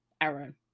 Aaron